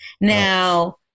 Now